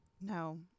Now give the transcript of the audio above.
No